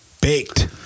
baked